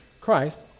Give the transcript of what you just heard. Christ